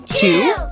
Two